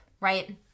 right